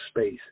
space